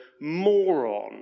moron